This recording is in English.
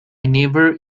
never